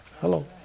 Hello